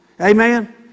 Amen